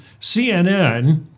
CNN